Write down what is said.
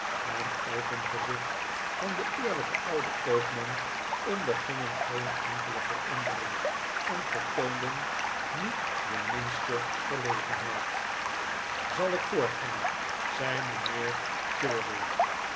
en open gezicht van den eerlijken ouden koopman ondergingen geen enkele verandering en vertoonden niet de minste verlegenheid zal ik voortgaan zei mijnheer